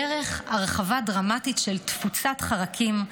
דרך הרחבה דרמטית של תפוצת חרקים,